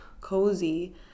cozy